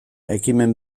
ekimen